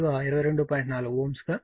4 Ω గా లభిస్తుంది